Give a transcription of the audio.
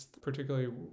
particularly